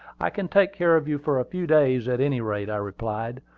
i can take care of you for a few days, at any rate, i replied.